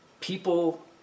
people